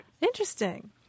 Interesting